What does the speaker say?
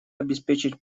обеспечить